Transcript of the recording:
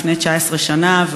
לפני 19 שנה,